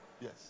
Yes